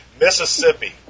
Mississippi